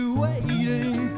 waiting